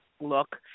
look